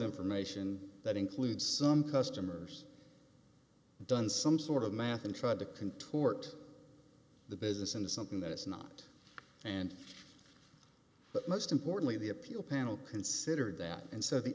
information that includes some customers done some sort of math and tried to contort the business in something that it's not and but most importantly the appeal panel considered that and so the